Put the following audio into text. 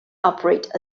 operate